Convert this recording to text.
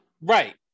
Right